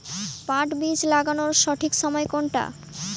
পাট বীজ লাগানোর সঠিক সময় কোনটা?